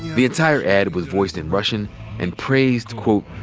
the entire ad was voiced in russian and praised, quote,